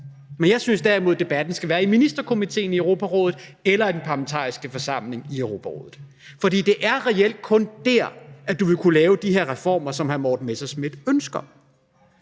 Men jeg synes derimod, at debatten skal være i Ministerkomitéen i Europarådet eller i den parlamentariske forsamling i Europarådet. For det er reelt kun der, hvor du vil kunne lave de her reformer, som hr. Morten Messerschmidt ønsker.